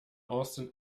austen